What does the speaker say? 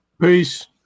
Peace